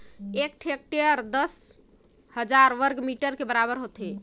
एक हेक्टेयर दस हजार वर्ग मीटर के बराबर होथे